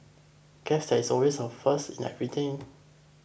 guess there is always a first in everything